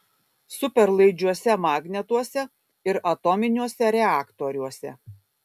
superlaidžiuose magnetuose ir atominiuose reaktoriuose